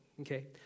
Okay